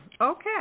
Okay